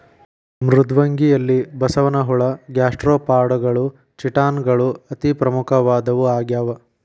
ಮೃದ್ವಂಗಿಗಳಲ್ಲಿ ಬಸವನಹುಳ ಗ್ಯಾಸ್ಟ್ರೋಪಾಡಗಳು ಚಿಟಾನ್ ಗಳು ಅತಿ ಪ್ರಮುಖವಾದವು ಆಗ್ಯಾವ